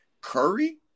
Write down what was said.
Curry